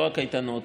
לא הקייטנות,